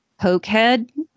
pokehead